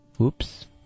Oops